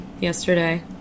Yesterday